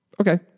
Okay